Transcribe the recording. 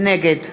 נגד